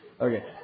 Okay